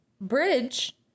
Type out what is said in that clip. bridge